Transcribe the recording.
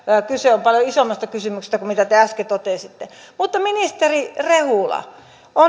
kyse on paljon isommasta kysymyksestä kuin mitä te äsken totesitte ministeri rehula